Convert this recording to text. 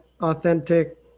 authentic